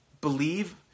believe